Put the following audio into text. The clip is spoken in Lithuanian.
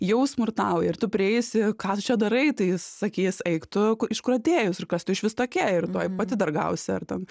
jau smurtauja ir tu prieisi ką tu čia darai tai jis sakys eik tu iš kur atėjus ir kas tu išvis tokia ir tuoj pati dar gausi ar ten